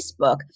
Facebook